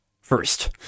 first